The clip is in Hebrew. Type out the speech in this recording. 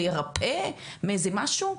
להירפא מאיזה משהו?